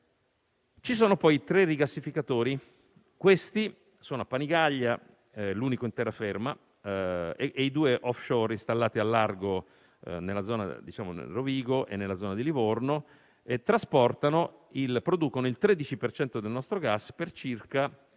Ci sono poi tre rigassificatori: uno a Panigaglia (l'unico in terraferma) e due *off-shore* installati al largo nella zona di Rovigo e nella zona di Livorno. Questi producono il 13 per cento del nostro gas per circa